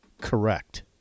correct